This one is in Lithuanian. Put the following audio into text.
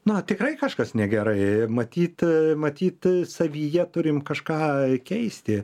na tikrai kažkas negerai matyt matyt savyje turim kažką keisti